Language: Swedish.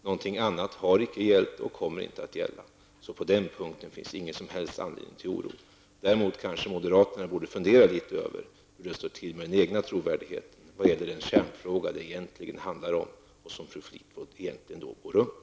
Något annat har inte gällt och kommer inte att gälla. På den punkten finns ingen anledning till oro. Moderaterna borde kanske däremot fundera litet över hur det står till med den egna trovärdigheten när det gäller den kärnfråga som det egentligen handlar om och som fru Fleetwood går runt.